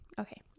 Okay